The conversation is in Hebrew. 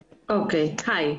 היי.